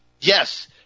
Yes